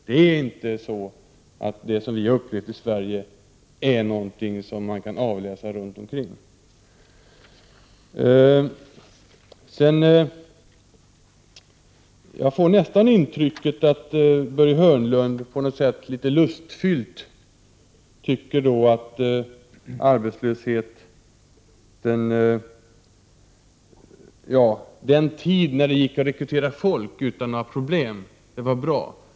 Det är inte så att det som vi har upplevt i Sverige har skett också i länderna runt omkring oss. Jag får nästan intrycket att Börje Hörnlund litet lustfyllt skildrar den tid då det gick att rekrytera folk utan några problem.